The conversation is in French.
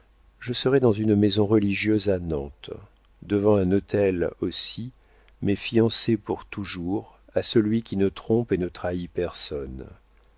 je serai dans une maison religieuse à nantes devant un autel aussi mais fiancée pour toujours à celui qui ne trompe et ne trahit personne